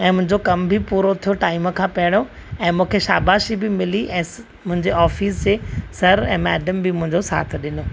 ऐं मुंहिंजो कम बि पूरो थियो टाइम खां पहिरियों ऐं मूंखे शाबासी बि मिली ऐं मुंहिंजे ऑफिस जे सर ऐं मैडम बि मुंहिंजो साथ ॾिनो